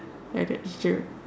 at that jail